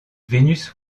venus